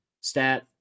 stat